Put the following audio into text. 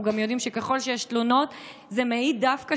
אנחנו יודעים שככל שיש תלונות זה מעיד דווקא